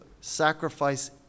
sacrifice